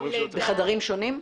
בחדרים שונים?